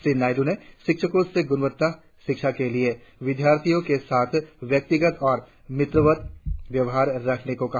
श्री नायडू ने शिक्षकों से गुणवत्तापूर्ण शिक्षा के लिए विद्यार्थियों के साथ व्यक्तिगत और मित्रवत व्यवहार रखने को कहा